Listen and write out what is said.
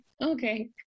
okay